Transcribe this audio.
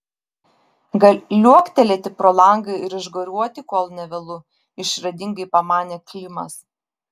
gal liuoktelėti pro langą ir išgaruoti kol ne vėlu išradingai pamanė klimas